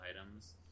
items